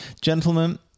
Gentlemen